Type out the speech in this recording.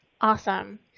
Awesome